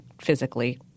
physically